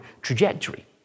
trajectory